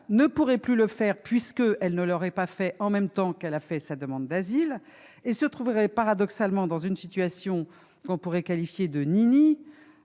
ne pourrait plus le faire, puisqu'elle ne l'aurait pas fait en même temps que sa demande d'asile. Elle se trouverait paradoxalement dans une situation que l'on pourrait qualifier de « ni-ni